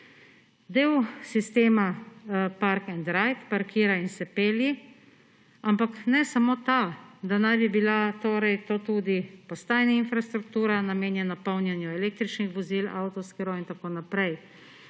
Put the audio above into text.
del sistema Park and Ride, parkiraj in se pelji, ampak ne samo ta; da naj bi bila to torej tudi postajna infrastruktura, namenjena polnjenju električnih vozil, avtov, skirojev in tako naprej.